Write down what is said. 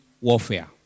warfare